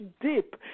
deep